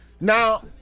Now